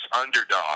underdog